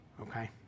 okay